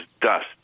dust